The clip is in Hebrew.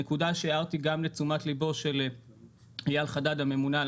נקודה שהערתי גם לתשומת ליבו של אייל חדד הממונה על